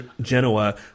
Genoa